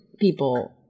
people